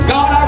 God